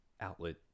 outlet